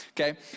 okay